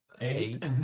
Eight